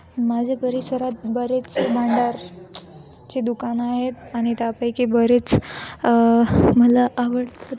माझे परिसरात बरेच भांडारचे दुकानं आहेत आणि त्यापैकी बरेच मला आवडतात